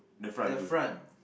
the front